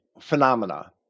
phenomena